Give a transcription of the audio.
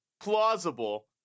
plausible